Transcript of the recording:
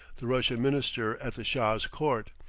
the russian minister at the shah's court,